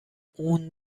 اون